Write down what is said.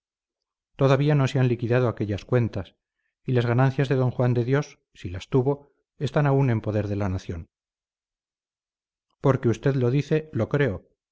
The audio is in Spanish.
todavía no se han liquidado aquellas cuentas y las ganancias de d juan de dios si las tuvo están aún en poder de la nación porque usted lo dice lo creo